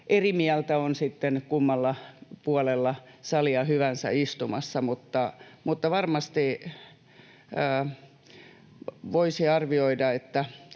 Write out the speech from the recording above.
eri mieltä, on sitten kummalla puolella salia hyvänsä istumassa. Varmasti voisi arvioida,